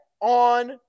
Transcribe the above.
on